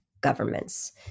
governments